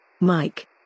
Mike